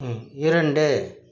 ம் இரண்டு